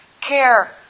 care